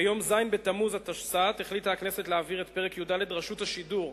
ביום ז' בתמוז התשס"ט החליטה הכנסת להעביר את פרק י"ד: רשות השידור,